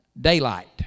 daylight